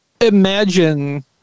imagine